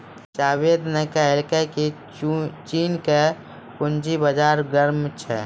जावेद ने कहलकै की चीन के पूंजी बाजार गर्म छै